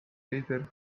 veider